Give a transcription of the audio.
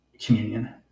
communion